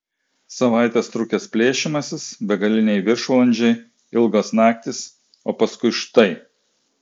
savaites trukęs plėšymasis begaliniai viršvalandžiai ilgos naktys o paskui štai